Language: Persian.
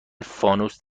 فانوس